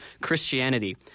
Christianity